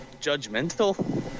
judgmental